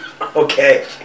Okay